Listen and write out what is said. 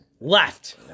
left